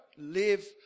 live